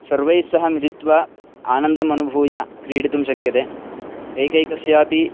सर्वैः सह मिलित्वा अनन्दम् अनुभूय क्रीडितुं शक्यते एकैकस्यापि